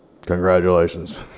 Congratulations